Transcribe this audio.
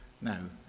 No